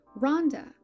Rhonda